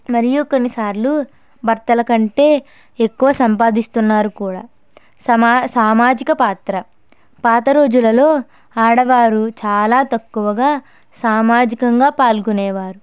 మరియు కొన్నిసార్లు భర్తల కంటే ఎక్కువ సంపాదిస్తున్నారు కూడా సమా సామాజిక పాత్ర పాత రోజులలో ఆడవారు చాలా తక్కువగా సామాజికంగా పాల్గొనేవారు